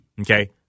Okay